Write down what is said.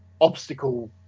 obstacle